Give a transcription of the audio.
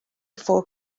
for